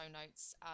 notes